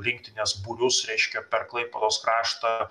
rinktinės būrius reiškia per klaipėdos kraštą